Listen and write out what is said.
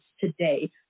today